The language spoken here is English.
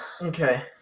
Okay